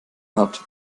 hat